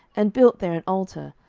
and built there an altar,